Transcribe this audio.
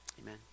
Amen